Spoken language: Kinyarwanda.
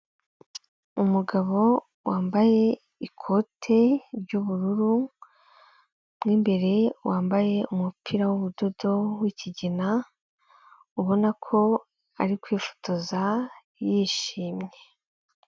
Umugabo wambaye ikote ry'ubururu, imbere wambaye umupira w'ubudodo w'ikigina ubona ko ari kwifotoza yishimye.